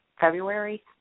February